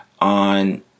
on